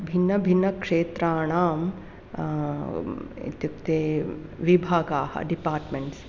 भिन्नभिन्न क्षेत्राणाम् इत्युक्ते विभागाः डिपाट्मेन्ट्स्